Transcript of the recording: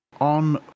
on